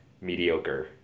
mediocre